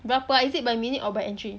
berapa is it by minute or by entry